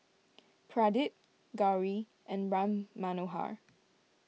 Pradip Gauri and Ram Manohar